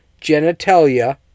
genitalia